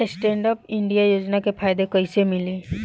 Stand up India योजना के फायदा कैसे मिली?